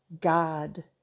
God